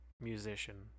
musician